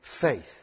faith